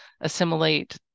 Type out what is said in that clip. assimilate